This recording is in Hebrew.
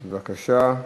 בבקשה.